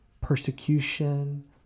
persecution